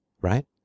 right